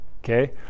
Okay